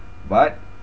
but